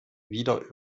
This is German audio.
wieder